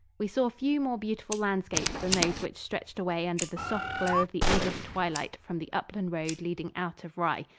we saw few more beautiful landscapes than those which stretched away under the soft glow of the english twilight from the upland road leading out of rye.